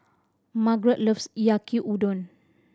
Margrett loves Yaki Udon